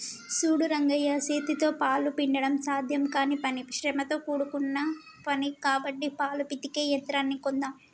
సూడు రంగయ్య సేతితో పాలు పిండడం సాధ్యం కానీ పని శ్రమతో కూడుకున్న పని కాబట్టి పాలు పితికే యంత్రాన్ని కొందామ్